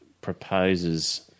proposes